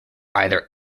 either